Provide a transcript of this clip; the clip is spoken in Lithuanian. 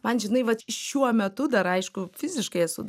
man žinai vat šiuo metu dar aišku fiziškai esu